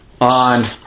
on